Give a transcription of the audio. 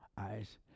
eyes